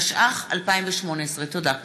התשע"ח 2018. תודה.